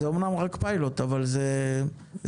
זה אומנם רק פיילוט, אבל זה דרמטי.